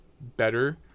better